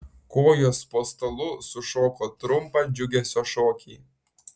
kojos po stalu sušoko trumpą džiugesio šokį